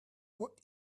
what